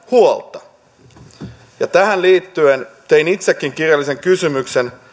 huolta tähän liittyen tein itsekin kirjallisen kysymyksen